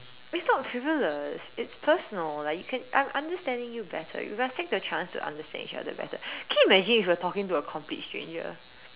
it's not frivolous it's personal like you can I'm I'm just telling you better you must take the chance to understand each other better can you imagine if you were talking to a complete stranger